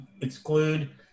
exclude